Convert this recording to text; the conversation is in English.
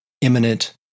imminent